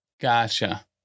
gotcha